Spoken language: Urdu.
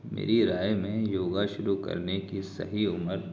میری رائے میں یوگا شروع کرنے کی صحیح عمر